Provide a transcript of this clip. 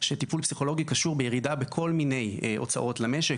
שטיפול פסיכולוגי קשור בירידה בכל מיני הוצאות למשק,